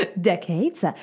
decades